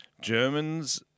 Germans